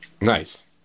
nice